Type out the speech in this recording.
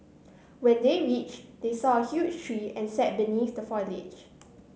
when they reached they saw a huge tree and sat beneath the foliage